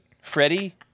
Freddie